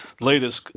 latest